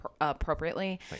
appropriately